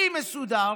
אני מסודר,